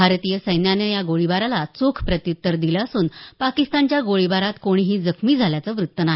भारतीय सैन्यानं या गोळीबाराला चोख प्रत्युत्तर दिलं असून पाकिस्तानच्या गोळीबारात कोणीही जखमी झाल्याच व्रत्त नाही